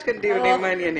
יש כאן דיונים מעניינים.